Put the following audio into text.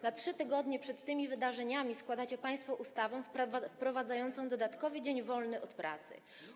Na 3 tygodnie przed tymi wydarzeniami składacie państwo ustawę wprowadzającą dodatkowy dzień wolny od pracy.